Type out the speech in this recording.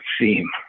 theme